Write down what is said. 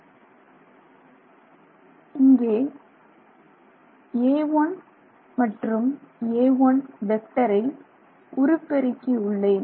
இங்கே a1 மற்றும் a1 வெக்டரை உருப்பெருக்கி உள்ளேன்